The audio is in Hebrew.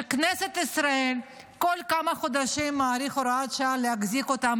שכנסת ישראל כל כמה חודשים מאריכה את הוראת השעה להחזיק אותם